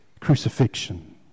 crucifixion